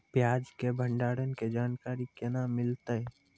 प्याज के भंडारण के जानकारी केना मिलतै?